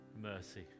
mercy